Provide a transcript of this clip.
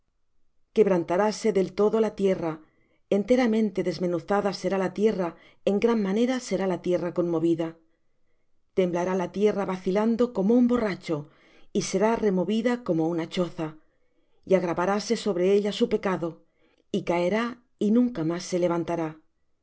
tierra quebrantaráse del todo la tierra enteramente desmenuzada será la tierra en gran manera será la tierra conmovida temblará la tierra vacilando como un borracho y será removida como una choza y agravaráse sobre ella su pecado y caerá y nunca más se levantará